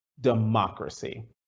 democracy